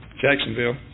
Jacksonville